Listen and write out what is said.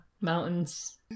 mountains